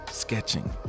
sketching